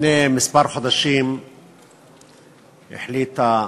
לפני כמה חודשים החליטה הממשלה,